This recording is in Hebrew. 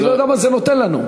אני לא יודע מה זה נותן לנו.